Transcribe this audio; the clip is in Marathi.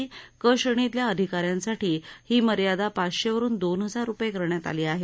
क श्रेणीतल्या अधिकार्यांसाठी ही मर्यादा पाचशे वरुन दोन हजार रुपये करण्यात आली आहे